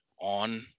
on